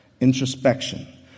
introspection